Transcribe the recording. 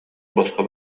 босхо